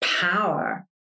power